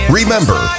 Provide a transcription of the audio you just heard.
Remember